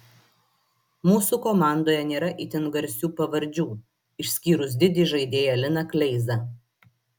mūsų komandoje nėra itin garsių pavardžių išskyrus didį žaidėją liną kleizą